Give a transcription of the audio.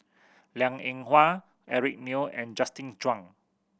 Liang Eng Hwa Eric Neo and Justin Zhuang